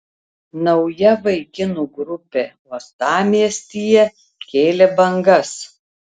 nauja vaikinų grupė uostamiestyje kėlė bangas